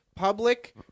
Public